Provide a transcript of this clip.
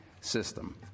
system